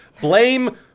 Blame